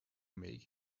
make